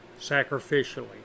sacrificially